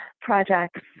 projects